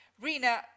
Rina